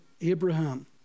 Abraham